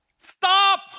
stop